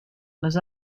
les